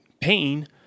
pain